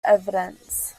evidence